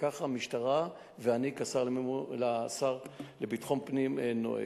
וככה המשטרה ואני כשר לביטחון פנים נוהגים.